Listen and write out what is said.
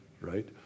Right